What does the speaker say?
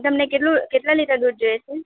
પણ તમને કેટલું કેટલા લિટર દૂધ જોઈએ છે